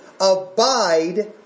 Abide